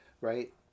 right